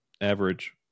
Average